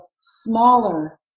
smaller